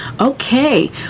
Okay